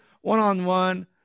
one-on-one